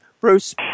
Bruce